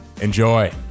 Enjoy